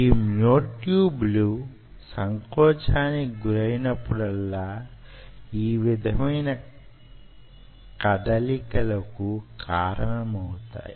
ఈ మ్యోట్యూబ్ లు సంకోచానికి గురైనపుడల్లా ఈ విధమైన కదలికలకు కారణమౌతాయి